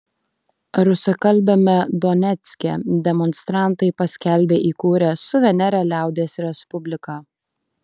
rusakalbiame donecke demonstrantai paskelbė įkūrę suverenią liaudies respubliką